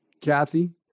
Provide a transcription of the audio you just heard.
Kathy